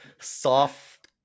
soft